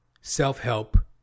self-help